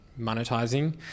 monetizing